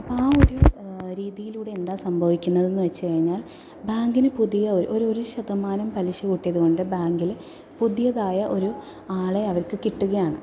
അപ്പം ആ ഒരു രീതിയിലൂടെ എന്താ സംഭവിക്കുന്നത് എന്ന് വെച്ചു കഴിഞ്ഞാൽ ബാങ്കിന് പുതിയ ഒരു ഒരു ശതമാനം പലിശ കൂട്ടിയത് കൊണ്ട് ബാങ്കിൽ പുതിയതായ ഒരു ആളെ അവർക്കു കിട്ടുകയാണ്